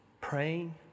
praying